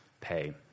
pay